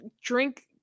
Drink